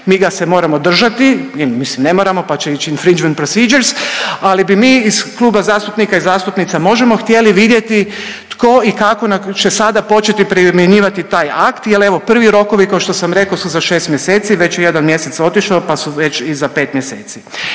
mi ga se moramo držati. Mislim ne moramo, pa će ići …/Govornik govori engleski, ne razumije se./… ali bi mi iz kluba zastupnika i zastupnica Možemo! htjeli vidjeti tko i kako će sada početi primjenjivati taj akt, jer evo prvi rokovi kao što sam rekao su za 6 mjeseci. Već je jedan mjesec otišao, pa su već i za 5 mjeseci.